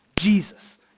Jesus